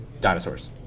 dinosaurs